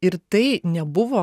ir tai nebuvo